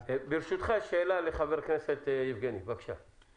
שאלה לחבר הכנסת יבגני סובה, בבקשה.